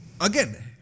again